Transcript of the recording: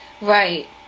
Right